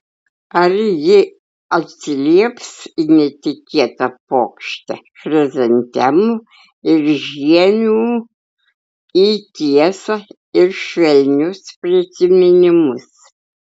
ar ji atsilieps į netikėtą puokštę chrizantemų ir žiemių į tiesą ir švelnius prisiminimus